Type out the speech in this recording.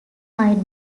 might